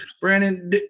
Brandon